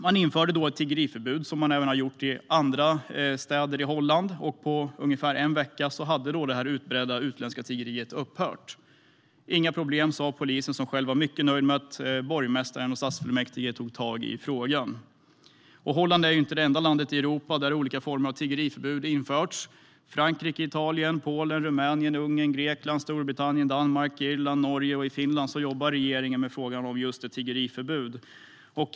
Man införde då ett tiggeriförbud, som man har gjort även i andra städer i Holland, och på ungefär en vecka hade det utbredda utländska tiggeriet upphört. Det var inga problem, sa polisen, som själv var mycket nöjd med att borgmästaren och stadsfullmäktige tog tag i frågan. Holland är inte det enda land i Europa där olika former av tiggeriförbud har införts. Frankrike, Italien, Polen, Rumänien, Ungern, Grekland, Storbritannien, Danmark, Irland, Norge är andra, och i Finland jobbar regeringen med frågan om tiggeriförbud.